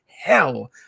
hell